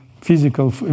physical